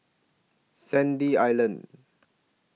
Sandy Island